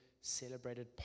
celebrated